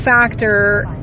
factor